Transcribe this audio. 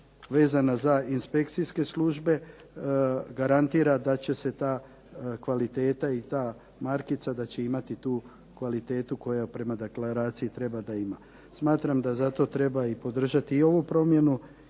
vezana za inspekcijske službe garantira da će se ta kvaliteta i ta markica, da će imati tu kvalitetu koja prema deklaraciji treba da ima. Smatram da zato treba i podržati i ovu promjenu